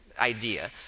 idea